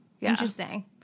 Interesting